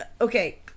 Okay